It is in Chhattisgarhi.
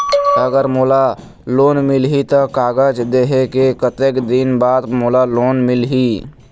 अगर मोला लोन मिलही त कागज देहे के कतेक दिन बाद मोला लोन मिलही?